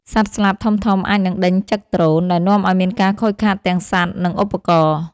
សត្វស្លាបធំៗអាចនឹងដេញចឹកដ្រូន ដែលនាំឱ្យមានការខូចខាតទាំងសត្វ និងឧបករណ៍។